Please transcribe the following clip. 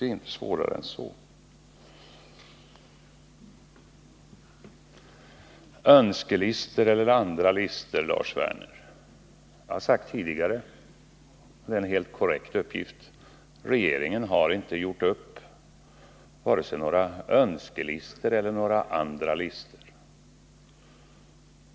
Lars Werner talade om önskelistor och andra listor. Jag har sagt tidigare — och det är en helt korrekt uppgift — att regeringen inte gjort upp vare sig några önskelistor eller några andra listor.